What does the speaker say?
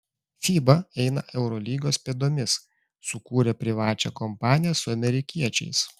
fiba eina eurolygos pėdomis sukūrė privačią kompaniją su amerikiečiais